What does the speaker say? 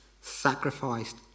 sacrificed